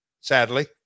sadly